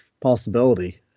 possibility